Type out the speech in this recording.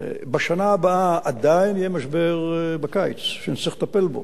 בשנה הבאה עדיין יהיה בקיץ משבר שנצטרך לטפל בו.